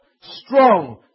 strong